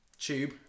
tube